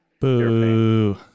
Boo